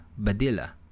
Badilla